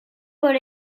por